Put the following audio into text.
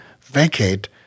vacate